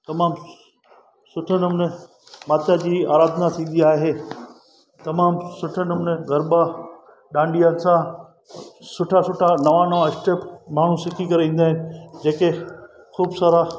तमामु सुठे नमूने माता जी आराधना थींदी आहे तमामु सुठे नमूने गरबा डांडियनि सां सुठा सुठा नवां नवां स्टेप माण्हू सिखी करे ईंदा आहिनि जेके ख़ूबु सारा